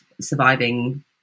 surviving